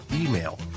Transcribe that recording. email